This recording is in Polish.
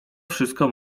wszystko